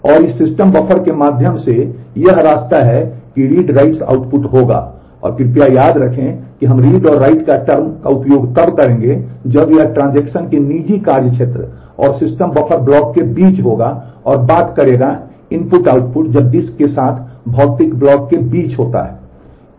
और इस system buffer के माध्यम से यह रास्ता है कि रीड राइट्स आउटपुट होगा और कृपया याद रखें कि हम रीड और राइट टर्म का उपयोग तब करेंगे जब यह ट्रांजेक्शन के निजी कार्य क्षेत्र और सिस्टम बफर ब्लॉक के बीच होगा और बात करेगा इनपुट आउटपुट जब डिस्क के साथ भौतिक ब्लॉक के बीच होता है